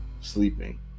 sleeping